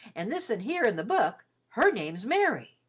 and this un here in the book, her name's mary.